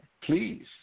please